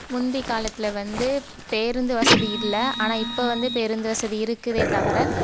முந்திக் காலத்தில் வந்து பேருந்து வசதி இல்லை ஆனால் இப்போ வந்து பேருந்து வசதி இருக்குதே தவிர